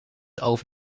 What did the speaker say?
over